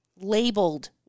labeled